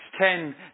ten